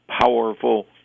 powerful